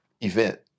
event